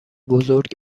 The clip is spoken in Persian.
بزرگ